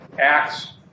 acts